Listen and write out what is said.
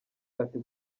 ati